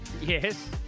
Yes